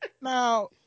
Now